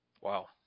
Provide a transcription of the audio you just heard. Wow